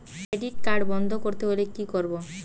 Credit card বন্ধ করতে হলে কি করব?